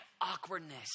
awkwardness